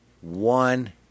one